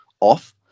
off